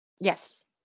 Yes